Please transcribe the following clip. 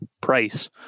price